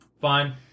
fine